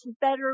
better